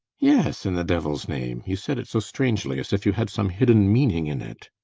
yes, in the devil's name! you said it so strangely as if you had some hidden meaning in it.